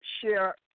share